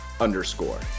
underscore